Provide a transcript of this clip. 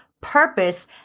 purpose